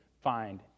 find